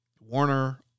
Warner